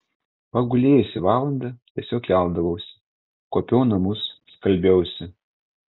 pagulėjusi valandą tiesiog keldavausi kuopiau namus skalbiausi